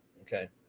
Okay